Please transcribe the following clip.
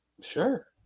sure